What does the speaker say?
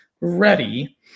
ready